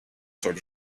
sort